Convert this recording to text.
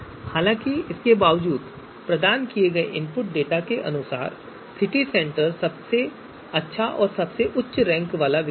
हालांकि इसके बावजूद प्रदान किए गए इनपुट डेटा के अनुसार सिटी सेंटर सबसे अच्छा रैंक वाला विकल्प है